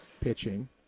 pitching